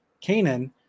Canaan